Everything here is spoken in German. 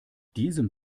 diesem